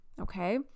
Okay